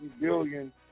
billion